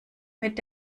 mit